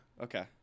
Okay